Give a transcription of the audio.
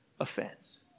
offense